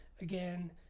again